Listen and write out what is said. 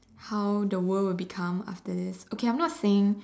how the world would become after this okay I'm not saying